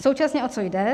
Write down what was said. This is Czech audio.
Současně o co jde?